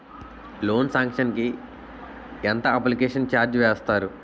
Loan sanction కి ఎంత application charge వేస్తారు?